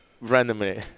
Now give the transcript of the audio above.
randomly